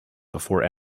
before